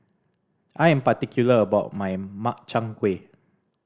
I am particular about my Makchang Gui